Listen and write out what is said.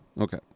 Okay